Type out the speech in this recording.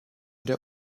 der